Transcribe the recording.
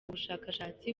ubushakashatsi